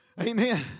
Amen